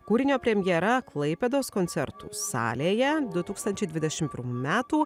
kūrinio premjera klaipėdos koncertų salėje du tūkstančiai dvidešim pirmų metų